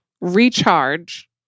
Recharge